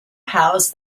house